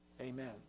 Amen